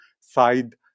side